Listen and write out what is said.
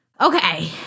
Okay